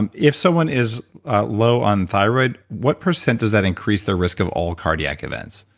um if someone is low on thyroid, what percent does that increase their risk of all cardiac events?